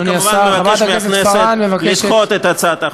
אני כמובן מבקש מהכנסת לדחות את הצעת החוק.